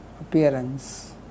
appearance